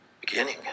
beginning